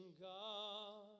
God